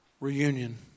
Reunion